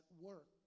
work